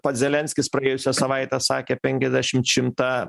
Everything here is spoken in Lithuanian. pats zelenskis praėjusią savaitę sakė penkiasdešimt šimtą